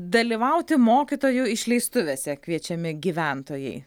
dalyvauti mokytojų išleistuvėse kviečiami gyventojai